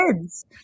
kids